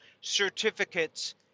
Certificates